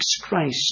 Christ